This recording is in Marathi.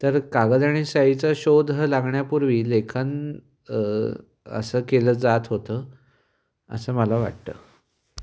तर कागद आणि शाईचा शोध हा लागण्यापूर्वी लेखन असं केलं जात होतं असं मला वाटतं